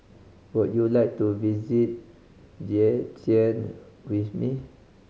would you like to visit Vientiane with me